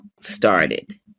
started